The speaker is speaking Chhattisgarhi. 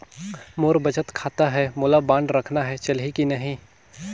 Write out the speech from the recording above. मोर बचत खाता है मोला बांड रखना है चलही की नहीं?